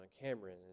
Cameron